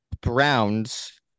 Browns